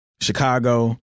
Chicago